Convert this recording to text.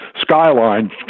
skyline